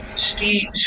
Steve